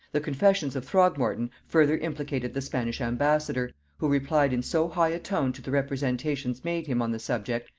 the confessions of throgmorton further implicated the spanish ambassador who replied in so high a tone to the representations made him on the subject,